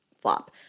flop